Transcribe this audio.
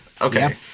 Okay